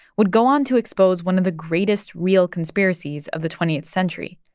would go on to expose one of the greatest real conspiracies of the twentieth century.